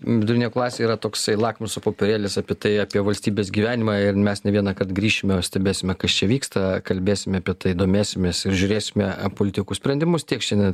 vidurinė klasė yra toksai lakmuso popierėlis apie tai apie valstybės gyvenimą ir mes ne vieną kart grįšime stebėsime kas čia vyksta kalbėsime apie tai domėsimės ir žiūrėsime politikų sprendimus tiek šiandien